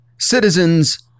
Citizens